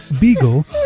beagle